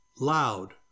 loud